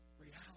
reality